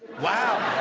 wow,